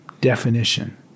definition